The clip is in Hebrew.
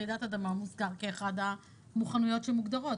רעידת אדמה מוזכרת כאחת המוכנויות שמוגדרות,